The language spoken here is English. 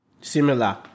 Similar